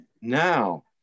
now